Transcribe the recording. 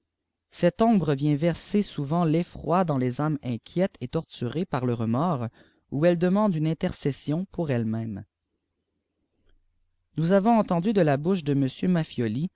cette ombre viéut verser souvent l'effroi dans les âmes inquiètes ou torturées par le remords ou redemande une intercession pour elle mêm nous avons entendu de la bouche de m